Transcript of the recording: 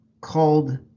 called